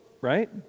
right